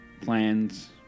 plans